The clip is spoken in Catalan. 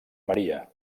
maria